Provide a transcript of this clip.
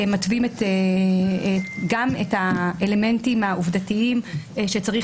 שמתווים גם את האלמנטים העובדתיים שצריך